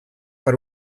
per